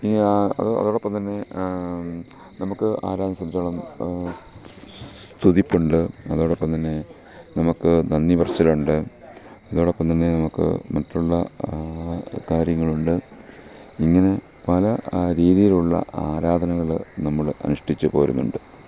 അതോടൊപ്പം തന്നെ നമുക്ക് ആരാധനയെ സംബന്ധിച്ചോളം സ് സ്തുതിപ്പുണ്ട് അതോടൊപ്പം തന്നെ നമുക്ക് നന്ദി പറച്ചിലുണ്ട് അതോടൊപ്പം തന്നെ നമുക്ക് മറ്റുള്ള കാര്യങ്ങളുണ്ട് ഇങ്ങനെ പല രീതിയിലുള്ള ആരാധനകള് നമ്മള് അനുഷ്ഠിച്ച് പോരുന്നുണ്ട്